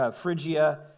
Phrygia